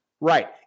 right